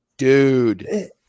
Dude